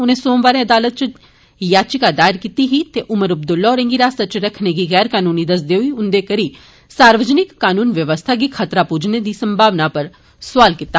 उनें सोमवारें अदालत च याचिका दायर कीती ही ते ओमर अब्दुल्ला होरें गी हिरासत च रक्खने गी गैर कानूनी दस्सदे होई उन्दे करी सार्वजनिक कानून व्यवस्था गी खतरा पुज्जने दी संभावना पर सोआल कीता